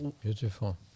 Beautiful